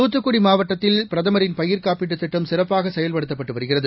தூத்துக்குடி மாவட்டத்தில் பிரதமரின் பயிர் காப்பீட்டு திட்டம் சிறப்பாக செயல்படுத்தப்பட்டு வருகிறது